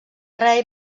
rei